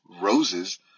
roses